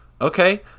Okay